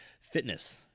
fitness